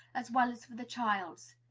as well as for the child's.